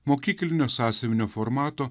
mokyklinio sąsiuvinio formato